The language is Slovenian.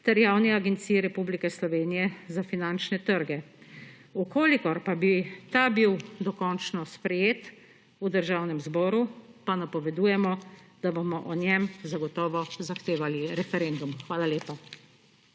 ter Javni agenciji Republike Slovenije za finančne trge. V kolikor pa bi ta bil dokončno sprejet v Državnem zboru, pa napovedujemo, da bomo o njem zagotovo zahtevali referendum. Hvala lepa.